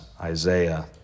Isaiah